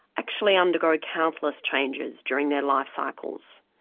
actually undergo countless changes during their lifecycles.